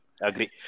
Agree